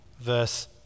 verse